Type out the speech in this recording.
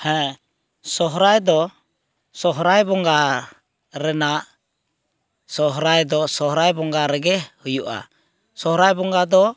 ᱦᱮᱸ ᱥᱚᱦᱚᱨᱟᱭ ᱫᱚ ᱥᱚᱦᱚᱨᱟᱭ ᱵᱚᱸᱜᱟ ᱨᱮᱱᱟᱜ ᱥᱚᱦᱚᱨᱟᱭ ᱫᱚ ᱥᱚᱦᱚᱨᱟᱭ ᱵᱚᱸᱜᱟ ᱨᱮᱜᱮ ᱦᱩᱭᱩᱜᱼᱟ ᱥᱚᱦᱚᱨᱟᱭ ᱵᱚᱸᱜᱟ ᱫᱚ